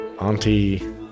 Auntie